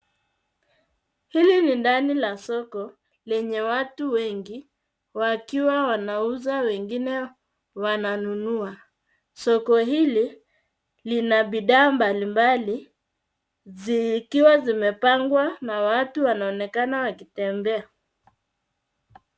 Hili ni ndani la soko lenye watu wengi wakiwa wanauza wengine wananunua. Soko hili lina bidhaa mbalimbali zikiwa zimepangwa na watu wanaonekana wakitembea.